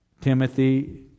Timothy